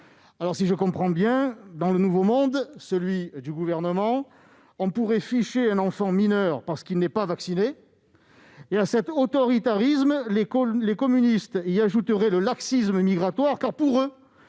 unies. Si je comprends bien, dans le « nouveau monde » de ce Gouvernement, on pourrait ficher un enfant mineur parce qu'il n'est pas vacciné et, à cet autoritarisme, les communistes ajouteraient le laxisme migratoire. Pour eux,